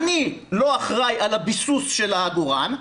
אני לא אחראי על הביסוס של העגורן,